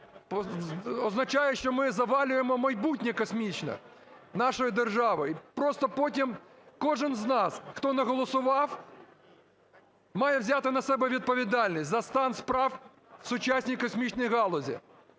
означає, що ми завалюємо майбутнє космічне нашої держави, і просто потім кожний з нас, хто не голосував, має взяти на себе відповідальність за стан справ в сучасній космічній галузі,